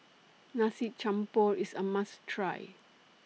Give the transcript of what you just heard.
Nasi Campur IS A must Try